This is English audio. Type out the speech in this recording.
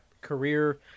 Career